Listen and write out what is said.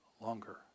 longer